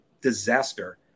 disaster